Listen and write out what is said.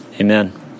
Amen